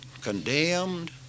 condemned